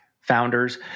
founders